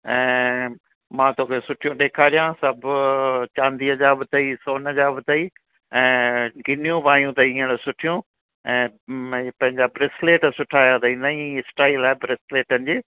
ऐं मां तोखे सुठियूं ॾेखारियां सभु चांदीअ जा बि अथई सोन जा बि अथई ऐं गिन्नियूं बि आहियूं अथई हींअर सुठियूं ऐं म ए पंहिंजा ब्रेस्लेट सुठा आहियू अथई नईं स्टाईल आहे ब्रेस्लेटनि जी